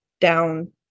down